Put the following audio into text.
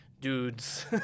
dudes